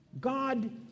God